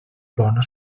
bona